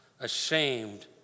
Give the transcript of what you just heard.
ashamed